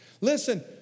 Listen